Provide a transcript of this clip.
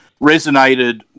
resonated